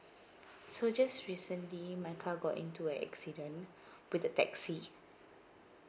so just recently my car got into an accident with a taxi